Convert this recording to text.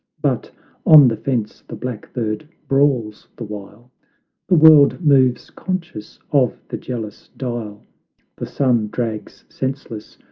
but on the fence the blackbird brawls the while the world moves conscious of the jealous dial the sun drags senseless,